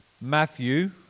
Matthew